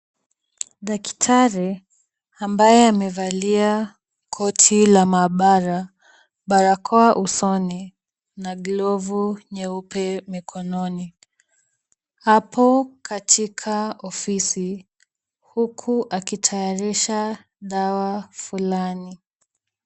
Daktari ambaye amevalia koti la maabara, barakoa usoni na glovu nyeupe mikononi. Hapo katika ofisi, huku akitayarisha dawa flani.